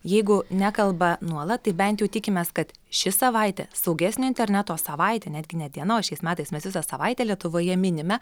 jeigu nekalba nuolat tai bent jau tikimės kad ši savaitė saugesnio interneto savaitė netgi ne diena o šiais metais mes visą savaitę lietuvoje minime